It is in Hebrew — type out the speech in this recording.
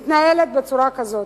מתנהלת בצורה כזאת?